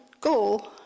goal